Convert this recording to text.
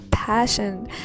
Passion